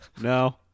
No